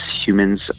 humans